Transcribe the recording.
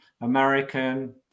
American